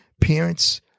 parents